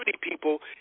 people